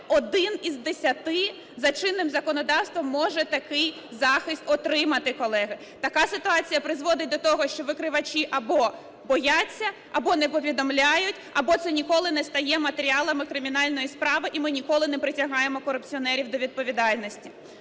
один із десяти за чинним законодавством може такий захист отримати, колеги. Така ситуація призводить до того, що викривачі або бояться, або не повідомляють, або це ніколи не стає матеріалами кримінальної справи і ми ніколи не притягаємо корупціонерів до відповідальності.